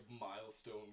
milestone